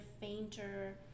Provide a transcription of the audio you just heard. fainter